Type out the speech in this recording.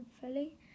fully